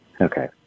Okay